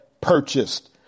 purchased